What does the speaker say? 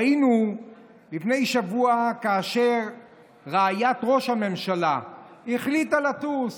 ראינו לפני שבוע שרעיית ראש הממשלה החליטה לטוס